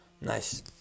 Nice